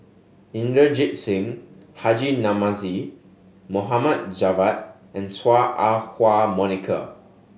Inderjit Singh Haji Namazie Mohd Javad and Chua Ah Huwa Monica